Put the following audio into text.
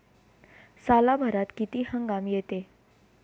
सालभरात किती हंगाम येते?